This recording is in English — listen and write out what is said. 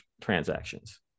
transactions